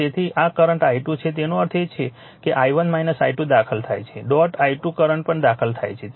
તેથી આ current i2 છે તેનો અર્થ i1 i2 દાખલ થાય છે ડોટ i2 કરંટ પણ દાખલ થાય છે